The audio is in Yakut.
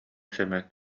сэмэн